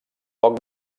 poc